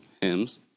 hymns